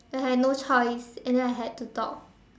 I had no choice and then I had to talk